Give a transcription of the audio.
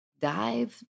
dive